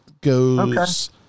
goes